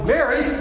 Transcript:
Mary